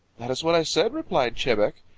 that's what i said, replied chebec.